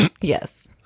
Yes